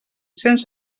cents